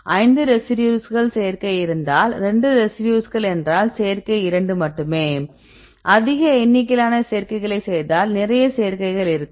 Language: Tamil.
5 ரெசிடியூஸ்கள் சேர்க்கை இருந்தால் 2 ரெசிடியூஸ்கள் என்றால் சேர்க்கை 2 மட்டுமே அதிக எண்ணிக்கையிலான சேர்க்கைகளைச் செய்தால் நிறைய சேர்க்கைகள் இருக்கும்